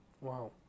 Wow